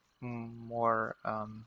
more